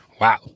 Wow